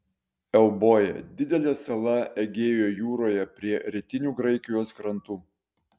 euboja didelė sala egėjo jūroje prie rytinių graikijos krantų